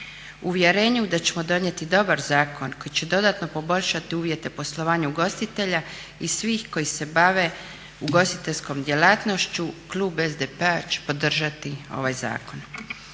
uvjerenju da ćemo donijeti dobar zakon koji će dodatno poboljšati uvjete poslovanja ugostitelja i svih koji se bave ugostiteljskom djelatnošću klub SDP-a će podržati ovaj zakon.